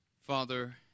Father